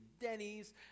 Denny's